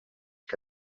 que